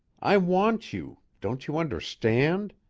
i want you. don't you understand?